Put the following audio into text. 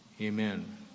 Amen